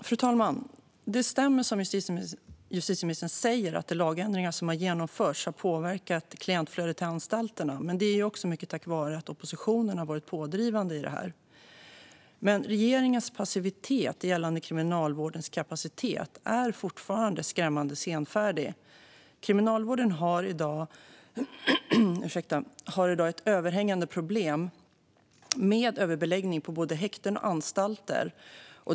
Fru ålderspresident! Det som justitieministern säger stämmer, det vill säga att de lagändringar som har genomförts har påverkat klientflödet till anstalterna. Men det beror också mycket på att oppositionen har varit pådrivande i detta. Regeringen har dock fortfarande en passivitet och skrämmande senfärdighet vad gäller Kriminalvårdens kapacitet. Kriminalvården har i dag ett överhängande problem med överbeläggning på både häkten och anstalter.